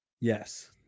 Yes